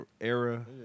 era